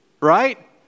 right